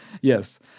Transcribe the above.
Yes